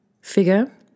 figure